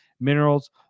minerals